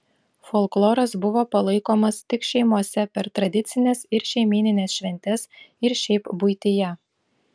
folkloras buvo palaikomas tik šeimose per tradicines ir šeimynines šventes ir šiaip buityje